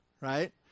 right